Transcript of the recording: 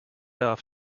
off